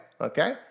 Okay